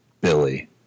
Billy